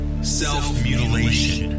Self-mutilation